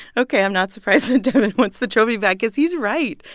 ok. i'm not surprised that devin wants the trophy back because he's right.